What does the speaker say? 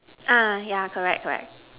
ah yeah correct correct